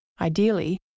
Ideally